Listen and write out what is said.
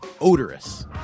odorous